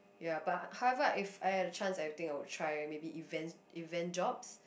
ya but however if I had a chance I think I would try maybe events event jobs